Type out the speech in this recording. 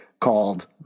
called